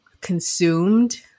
consumed